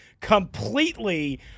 completely